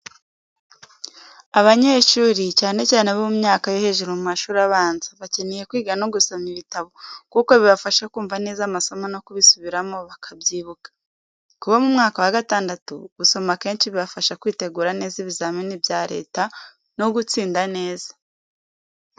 Abanyeshuri, cyane cyane abo mu myaka yo hejuru mu mashuri abanza, bakeneye kwiga no gusoma ibitabo, kuko bibafasha kumva neza amasomo no kubisubiramo bakabyibuka. Ku bo mu mwaka wa gatandatu, gusoma kenshi bibafasha kwitegura neza ibizamini bya Leta no gutsinda neza.